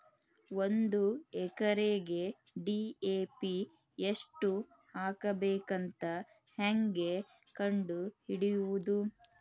ಒಂದು ಎಕರೆಗೆ ಡಿ.ಎ.ಪಿ ಎಷ್ಟು ಹಾಕಬೇಕಂತ ಹೆಂಗೆ ಕಂಡು ಹಿಡಿಯುವುದು?